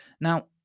Now